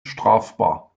strafbar